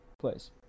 place